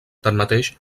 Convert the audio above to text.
tanmateix